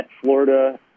Florida –